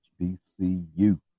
HBCU